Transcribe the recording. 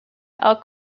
are